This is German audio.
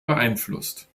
beeinflusst